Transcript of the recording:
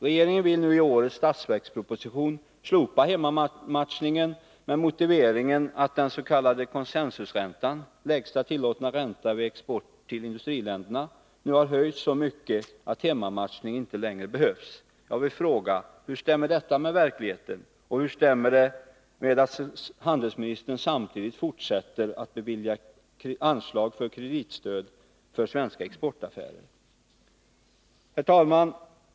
Regeringen vill i årets budgetproposition slopa hemmamatchningen, med motiveringen att den s.k. consensusräntan, lägsta tillåtna ränta vid export till industriländerna, nu har höjts så mycket att hemmamatchningen inte längre behövs. Jag vill fråga: Hur stämmer detta med verkligheten? Hur stämmer det med att handelsministern fortsätter att bevilja anslag till kreditstöd för svenska exportaffärer? Herr talman!